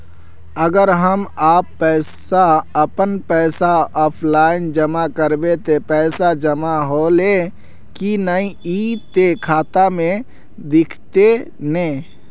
अगर हम अपन पैसा ऑफलाइन जमा करबे ते पैसा जमा होले की नय इ ते खाता में दिखते ने?